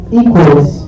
equals